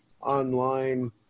online